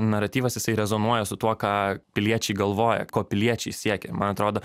naratyvas jisai rezonuoja su tuo ką piliečiai galvoja ko piliečiai siekia man atrodo